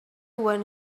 when